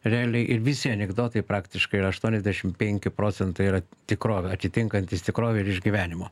realiai ir visi anekdotai praktiškai yra aštuoniasdešim penki procentai yra tikrovę atitinkantys tikrovę ir iš gyvenimo